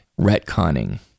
retconning